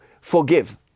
forgive